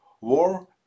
war